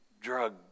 drug